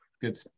Good